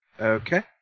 Okay